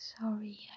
Sorry